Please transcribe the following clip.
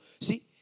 See